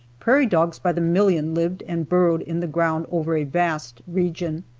prairie dogs by the million lived and burrowed in the ground over a vast region.